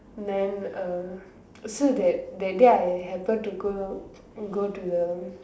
then uh so that that day I happen to go go to the